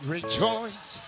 Rejoice